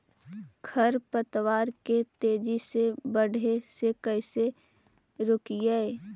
खर पतवार के तेजी से बढ़े से कैसे रोकिअइ?